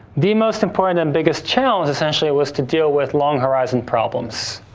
the most important and biggest challenge essentially was to deal with long horizon problems.